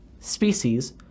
species